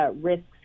Risks